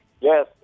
Yes